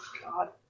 God